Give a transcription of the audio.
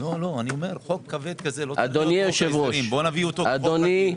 יש לי